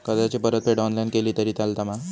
कर्जाची परतफेड ऑनलाइन केली तरी चलता मा?